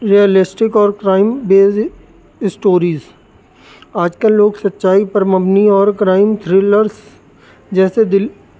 realistic اور crime based stories آج کل لوگ سچائی پرمبنی اور کرائم تھریلرس جیسے دل